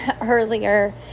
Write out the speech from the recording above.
earlier